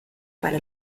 para